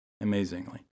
amazingly